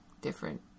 different